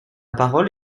parole